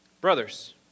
Brothers